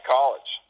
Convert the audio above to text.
College